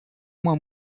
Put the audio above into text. uma